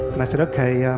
and i said, okay.